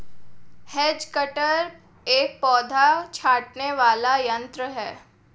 has cutter एक पौधा छाँटने वाला यन्त्र है